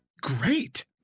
great